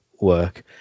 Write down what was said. work